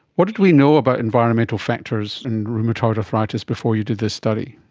what did we know about environmental factors in rheumatoid arthritis before you did this study?